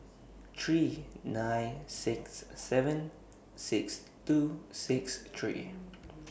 three nine six seven six two six three